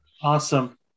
Awesome